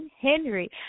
henry